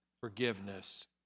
forgiveness